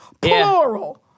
plural